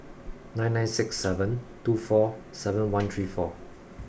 nine nine six seven two four seven one three four